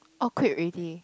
all quit ready